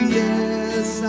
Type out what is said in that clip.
yes